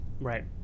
Right